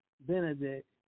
Benedict